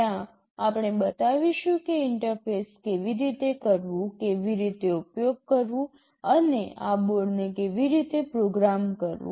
ત્યાં આપણે બતાવીશું કે ઇન્ટરફેસ કેવી રીતે કરવું કેવી રીતે ઉપયોગ કરવું અને આ બોર્ડને કેવી રીતે પ્રોગ્રામ કરવું